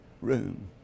room